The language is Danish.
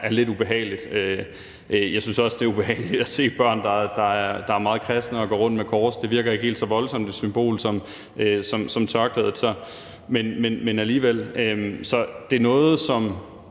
er lidt ubehageligt. Jeg synes også, det er ubehageligt at se børn, der er meget kristne og går rundt med et kors. Det virker ikke som et helt så voldsomt symbol som tørklædet, men alligevel. Så det er noget, som